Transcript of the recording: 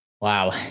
Wow